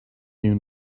you